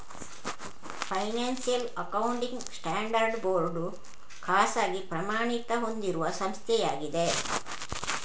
financial accounting standards board ಖಾಸಗಿ ಪ್ರಮಾಣಿತ ಹೊಂದಿಸುವ ಸಂಸ್ಥೆಯಾಗಿದೆ